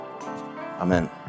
Amen